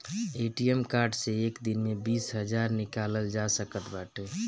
ATM card से एक दिन में बीस हजार निकालल जा सकत बाटे